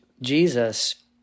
Jesus